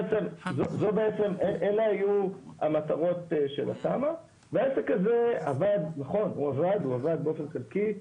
אלה היו המטרות של התמ"א והעסק הזה עבד באופן חלקי.